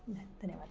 धन्यः धन्यवादः